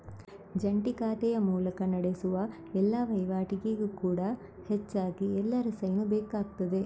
ಜಂಟಿ ಖಾತೆಯ ಮೂಲಕ ನಡೆಸುವ ಎಲ್ಲಾ ವೈವಾಟಿಗೆ ಕೂಡಾ ಹೆಚ್ಚಾಗಿ ಎಲ್ಲರ ಸೈನು ಬೇಕಾಗ್ತದೆ